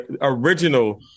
original